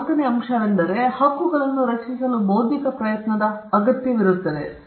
ಆದ್ದರಿಂದ ನಾಲ್ಕನೆಯ ಅಂಶವೆಂದರೆ ಈ ಹಕ್ಕುಗಳನ್ನು ರಚಿಸಲು ಬೌದ್ಧಿಕ ಪ್ರಯತ್ನದ ಅಗತ್ಯವಿರುತ್ತದೆ